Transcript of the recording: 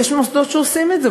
יש מוסדות שעושים את זה,